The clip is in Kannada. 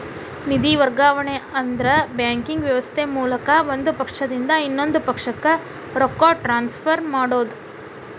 ನಿಧಿ ವರ್ಗಾವಣೆ ಅಂದ್ರ ಬ್ಯಾಂಕಿಂಗ್ ವ್ಯವಸ್ಥೆ ಮೂಲಕ ಒಂದ್ ಪಕ್ಷದಿಂದ ಇನ್ನೊಂದ್ ಪಕ್ಷಕ್ಕ ರೊಕ್ಕ ಟ್ರಾನ್ಸ್ಫರ್ ಮಾಡೋದ್